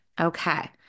Okay